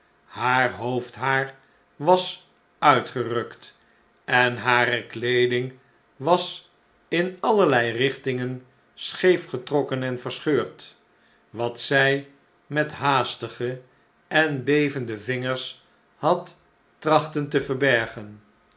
haar hoofdhaar was uitgerukt en hare kleeding was in allerlei richtingen scheef getrokken en verscheurd wat zij met haastige en bevende vingers had trachten te verbergen